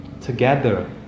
together